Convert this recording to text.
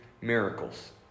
miracles